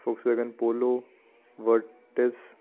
Volkswagen Polo Virtus